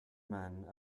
men